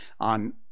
on